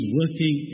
working